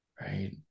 right